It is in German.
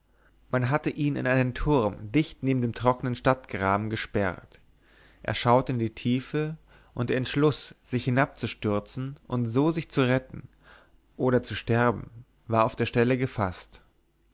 man hatte ihn in einen turm dicht neben dem trocknen stadtgraben gesperrt er schaute in die tiefe und der entschluß sich hinabzustürzen und so sich zu retten oder zu sterben war auf der stelle gefaßt